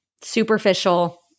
superficial